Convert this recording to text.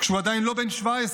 כשהוא עדיין לא בן 17,